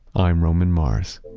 i'm roman mars